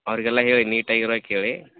ಅವರಿಗೆಲ್ಲ ಹೇಳಿ ನೀಟಾಗಿ ಇರಾಕ್ಕೆ ಹೇಳಿ